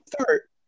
start